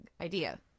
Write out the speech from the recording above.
idea